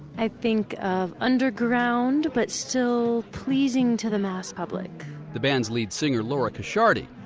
i think of underground, but still pleasing to the mass public the band's lead singer laura casciardi.